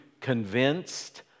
convinced